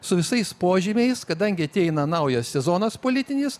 su visais požymiais kadangi ateina naujas sezonas politinis